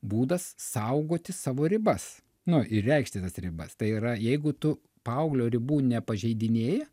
būdas saugoti savo ribas nu ir reikšti tas ribas tai yra jeigu tu paauglio ribų nepažeidinėji